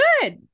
good